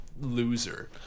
loser